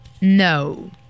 no